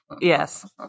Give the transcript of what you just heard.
Yes